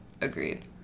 agreed